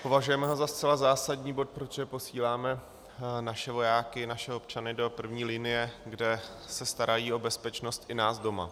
Považujeme ho za zcela zásadní bod, protože posíláme naše vojáky, naše občany, do první linie, kde se starají o bezpečnost i nás doma.